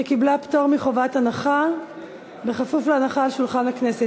שקיבלה פטור מחובת הנחה בכפוף להנחה על שולחן הכנסת.